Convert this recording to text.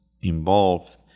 involved